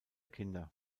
kinder